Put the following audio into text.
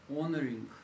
honoring